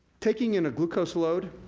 taking in a glucose load.